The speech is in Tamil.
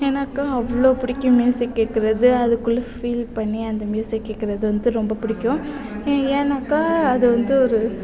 ஏன்னாக்கால் அவ்வளோ பிடிக்கும் மியூசிக் கேட்குறது அதுக்கூட ஃபீல் பண்ணி அந்த மியூசிக் கேட்குறது வந்து ரொம்ப பிடிக்கும் ஏன்னாக்கால் அது வந்து ஒரு